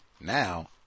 Now